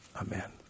amen